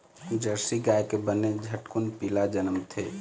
Jersey गाय के बने झटकुन पिला जनमथे